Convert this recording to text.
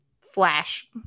flash